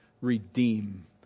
redeem